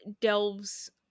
delves